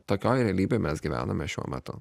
tokioj realybėj mes gyvename šiuo metu